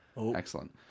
Excellent